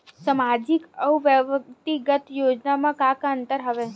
सामाजिक अउ व्यक्तिगत योजना म का का अंतर हवय?